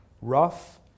rough